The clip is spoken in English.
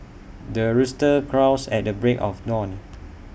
the rooster crows at the break of dawn